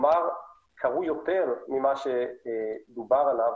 כלומר קרו יותר ממה שדובר עליו